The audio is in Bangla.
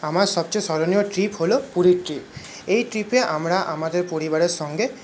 আমার সবচেয়ে স্মরণীয় ট্রিপ হল পুরীর ট্রিপ এই ট্রিপে আমরা আমাদের পরিবারের সঙ্গে